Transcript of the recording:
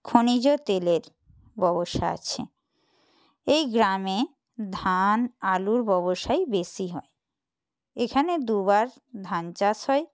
খনিজ তেলের ব্যবসা আছে এই গ্রামে ধান আলুর ব্যবসাই বেশি হয় এখানে দুবার ধান চাষ হয়